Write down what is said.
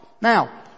Now